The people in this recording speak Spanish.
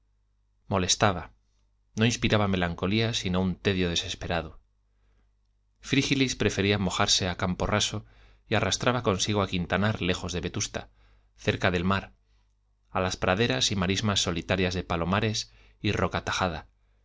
molestaba no inspiraba melancolía sino un tedio desesperado frígilis prefería mojarse a campo raso y arrastraba consigo a quintanar lejos de vetusta cerca del mar a las praderas y marismas solitarias de palomares y roca tajada